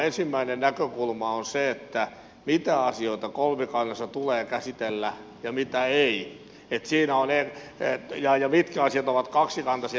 ensimmäinen näkökulma on se mitä asioita kolmikannassa tulee käsitellä ja mitä ei ja mitkä asiat ovat kaksikantaisia